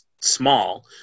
small